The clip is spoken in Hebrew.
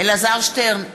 אלעזר שטרן,